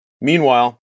Meanwhile